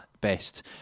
best